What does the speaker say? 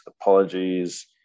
Apologies